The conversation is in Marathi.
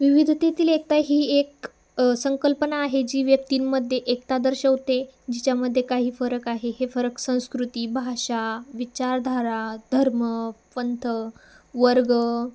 विविधतेतील एकता ही एक संकल्पना आहे जी व्यक्तींमध्ये एकता दर्शवते जिच्यामध्ये काही फरक आहे हे फरक संस्कृती भाषा विचारधारा धर्म पंथ वर्ग